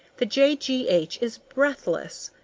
the j. g. h. is breathless.